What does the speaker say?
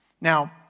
Now